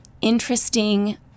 interesting